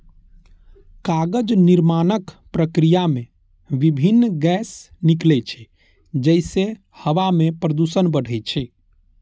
कागज निर्माणक प्रक्रिया मे विभिन्न गैस निकलै छै, जइसे हवा मे प्रदूषण बढ़ै छै